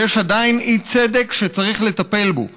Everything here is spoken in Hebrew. ויש עדיין אי-צדק שצריך לטפל בו.